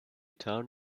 town